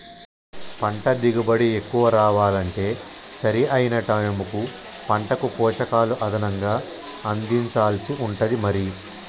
పంట దిగుబడి ఎక్కువ రావాలంటే సరి అయిన టైముకు పంటకు పోషకాలు అదనంగా అందించాల్సి ఉంటది మరి